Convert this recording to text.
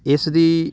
ਇਸ ਦੀ